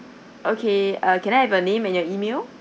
okay can I have your name and your email